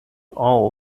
all